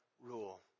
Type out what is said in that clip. rule